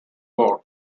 bourne